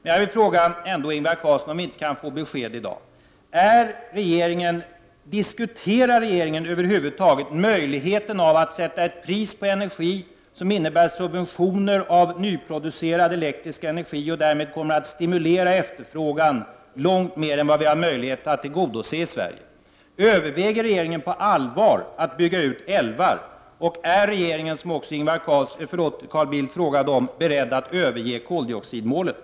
Jag vill ändå fråga Ingvar Carlsson om vi inte i dag kan få ett besked: Diskuterar regeringen över huvud taget möjligheten att sätta ett pris på energin som innebär subventionering av nyproducerad elektrisk energi och som därmed kommer att stimulera efterfrågan långt utöver vad vi har möjlighet att tillgodose? Överväger regeringen på allvar att bygga ut älvar och är regeringen, som också Carl Bildt frågade, beredd att överge koldioxidmålet?